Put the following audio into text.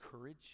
courage